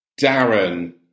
Darren